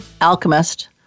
alchemist